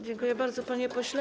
Dziękuję bardzo, panie pośle.